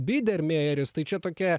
bydermejeris tai čia tokia